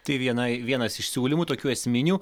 tai vienai vienas iš siūlymų tokių esminių